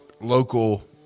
local